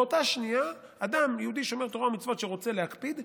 באותה שנייה יהודי שומר תורה ומצוות שרוצה להקפיד,